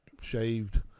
shaved